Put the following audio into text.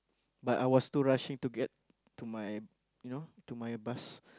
but I was too rushing to get to my you know to my bus